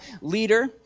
leader